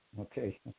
Okay